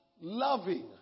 loving